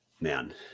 man